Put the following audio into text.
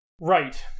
Right